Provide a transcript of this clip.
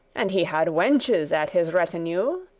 and he had wenches at his retinue,